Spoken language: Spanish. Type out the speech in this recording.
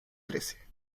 trece